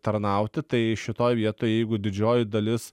tarnauti tai šitoj vietoj jeigu didžioji dalis